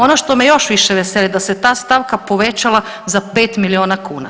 Ono što me još više veseli da se ta stavka povećala za 5 milijuna kuna.